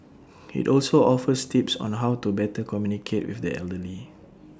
IT also offers tips on how to better communicate with the elderly